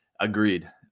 Agreed